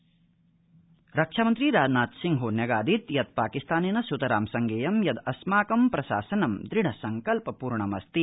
राजनाथ खण्डेरीयोधपोत रक्षामन्त्री राजनाथसिंहो न्यगादीत् यत् पाकिस्तानेन सुतरां संज्ञेयं यत् अस्माकं प्रशासनं दृढसंकल्पपूर्णमस्ति